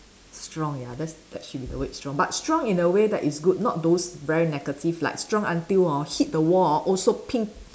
strong ya that's that should be the word strong but strong in the way that is good not those very negative like strong until hor hit the wall hor also